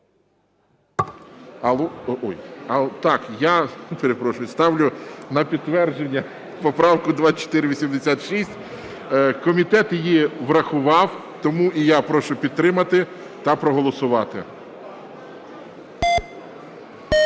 Я ставлю на підтвердження поправку 2486. Комітет її врахував. Тому і я прошу підтримати та проголосувати.